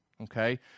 okay